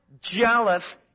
jealous